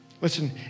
listen